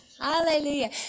Hallelujah